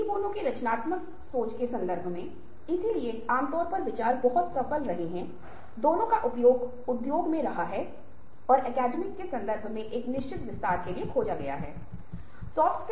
भावना अच्छी है लेकिन हमें बहुत भावुक नहीं होना चाहिए और यदि आप ऐसी गतिविधियों में शामिल हैं तो हम सही निर्णय नहीं ले सकते